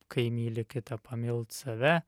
kai myli kitą pamilt save